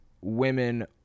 women